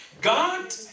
God